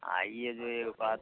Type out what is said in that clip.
आ यह जो यह रूपात